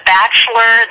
Bachelor